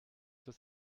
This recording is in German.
zur